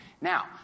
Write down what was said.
Now